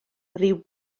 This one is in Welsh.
ryw